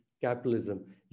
capitalism